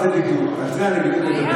על זה בדיוק אני מדבר,